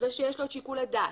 זה שיש לו את שיקול הדעת.